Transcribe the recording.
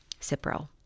Cipro